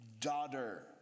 daughter